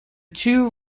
two